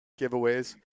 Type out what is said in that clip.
giveaways